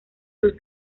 sus